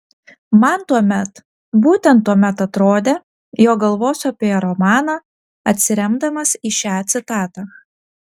man tuomet būtent tuomet atrodė jog galvosiu apie romaną atsiremdamas į šią citatą